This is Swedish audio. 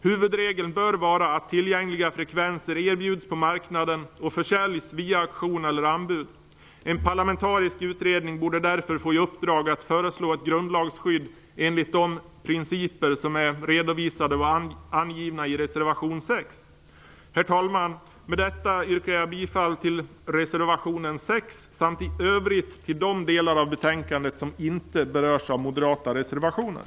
Huvudregeln bör vara att tillgängliga frekvenser erbjuds på marknaden och försäljs via auktion eller anbud. En parlamentarisk utredning borde därför få i uppdrag att föreslå ett grundlagsskydd enligt de principer som är angivna i reservation 6. Herr talman! Med det anförda yrkar jag bifall till reservation 6 samt i övrigt till de delar av utskottets hemställan som inte berörs av moderata reservationer.